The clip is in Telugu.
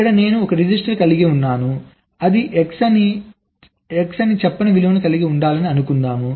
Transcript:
ఇక్కడ నేను ఒక రిజిస్టర్ కలిగి ఉన్నాను అది X అని చెప్పని విలువను కలిగి ఉండాలని అనుకుందాం